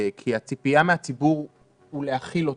כי הציפייה מן הציבור היא להכיל אותו,